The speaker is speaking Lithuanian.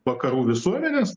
vakarų visuomenes